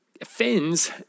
offends